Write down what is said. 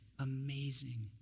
Amazing